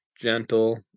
gentle